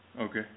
Okay